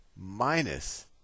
Minus